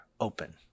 open